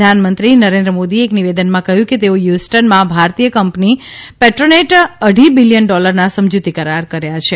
પ્રધાનમંત્રી નરેન્દ્ર મોદીએ એક નિવેદનમાં કહ્યું કે તેઓ હ્યુસ્ટનમાં ભારતીય કંપની પેટ્રોનેટે ઢી બીલીયન ડોલરના સમજૂતી કરાર કર્યા છે